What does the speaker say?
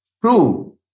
prove